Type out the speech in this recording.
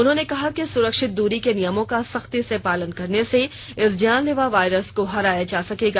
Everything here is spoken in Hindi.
उन्होंने कहा कि सुरक्षित दूरी के नियमों का सख्ती से पालन करने से इस जानलेवा वायरस को हराया जा सकेगा